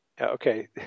Okay